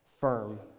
firm